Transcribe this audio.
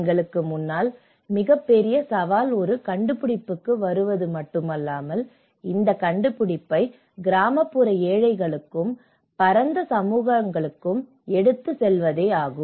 எங்களுக்கு முன்னால் மிகப்பெரிய சவால் ஒரு கண்டுபிடிப்புக்கு வருவது மட்டுமல்லாமல் இந்த கண்டுபிடிப்பை கிராமப்புற ஏழைகளுக்கும் பரந்த சமூகங்களுக்கும் எடுத்துச் செல்வதாகும்